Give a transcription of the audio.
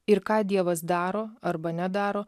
ir ką dievas daro arba nedaro